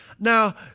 Now